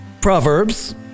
Proverbs